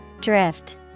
Drift